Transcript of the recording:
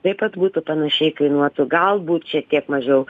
taip pat būtų panašiai kainuotų galbūt šiek tiek mažiau